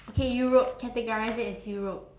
okay europe categorise it as europe